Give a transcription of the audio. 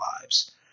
lives